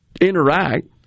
interact